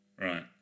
right